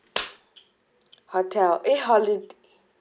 hotel eh holiday